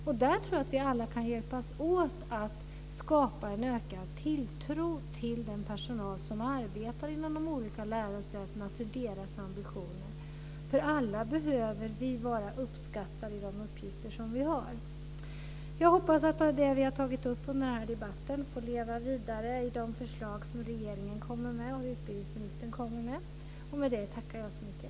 Jag tror att vi alla kan hjälpas åt att skapa en ökad tilltro till den personal som arbetar inom de olika lärosätena för deras ambitioner. Alla behöver vi vara uppskattade i de uppgifter som vi har. Jag hoppas att det vi har tagit upp under den här debatten får leva vidare i de förslag som regeringen och utbildningsministern kommer med. Med det tackar jag så mycket.